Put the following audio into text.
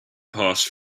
passed